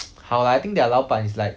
好 lah I think their 老板 is like